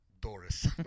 Doris